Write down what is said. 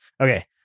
Okay